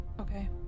Okay